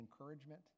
encouragement